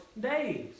days